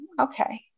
okay